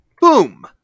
Boom